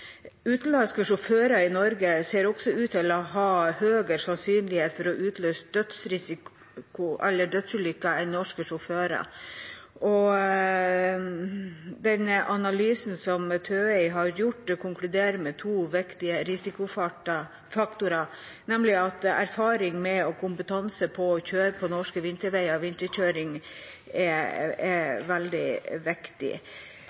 Utenlandske sjåfører i Norge ser også ut til å ha høyere sannsynlighet for å utløse dødsulykker enn norske sjåfører. Den analysen som TØI har gjort, konkluderer med to viktige risikofaktorer, nemlig at erfaring med og kompetanse på å kjøre på norske veier og vinterkjøring er veldig viktig.